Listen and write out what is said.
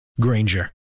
Granger